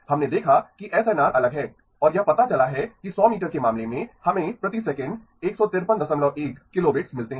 हमने देखा कि एसएनआर अलग हैं और यह पता चला है कि 100 मीटर के मामले में हमें प्रति सेकंड 1531 किलोबिट्स मिलते हैं